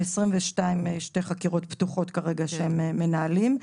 ב-2022 יש שתי חקירות פתוחות שהם מנהלים.